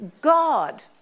God